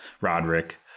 Roderick